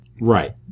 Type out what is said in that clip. Right